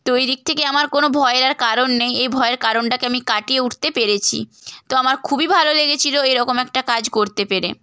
তো ওই দিক থেকে আমার কোনো ভয়ের আর কারণ নেই এই ভয়ের কারণটাকে আমি কাটিয়ে উঠতে পেরেছি তো আমার খুবই ভালো লেগেছিলো এরকম একটা কাজ করতে পেরে